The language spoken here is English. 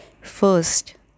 First